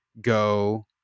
go